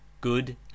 good